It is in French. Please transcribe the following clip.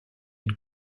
une